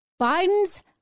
Biden's